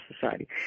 society